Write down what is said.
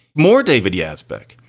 more david yazbek.